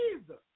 Jesus